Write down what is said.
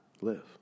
live